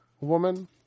woman